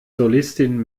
solistin